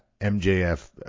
MJF